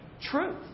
Truth